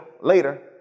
later